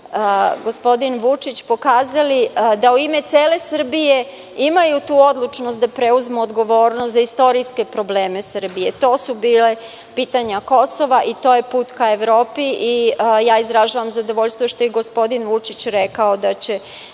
gospodin Vučić pokazali da u ime cele Srbije imaju tu odlučnost da preuzmu odgovornost za istorijske probleme Srbije. To su bila pitanja Kosova i to je bio put ka Evropi i ja izražavam zadovoljstvo što je gospodin Vučić rekao da će